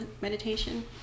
meditation